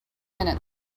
minutes